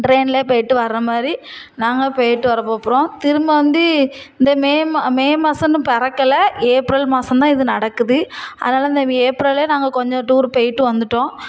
ட்ரெயினில் போயிட்டு வர்ற மாதிரி நாங்கள் போயிட்டு வரப்போ போகிறோம் திரும்ப வந்து இந்த மே மா மே மாசம்னு பிறக்கல ஏப்ரல் மாசம்தான் இது நடக்குது அதனால இந்த ஏப்ரலில் நாங்கள் கொஞ்சம் டூரு போயிட்டு வந்துட்டோம்